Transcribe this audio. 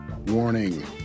Warning